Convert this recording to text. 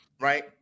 right